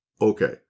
okay